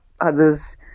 others